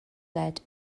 led